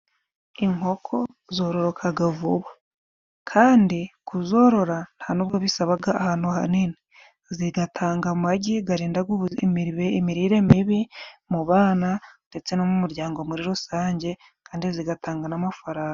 Inkoko zororokaga vuba, kandi kuzorora nta n'ubwo bisabaga ahantu hanini. Zigatanga amagi garindaga imirire mibi mu bana, ndetse no mu muryango muri rusange, kandi zigatanga n'amafaranga.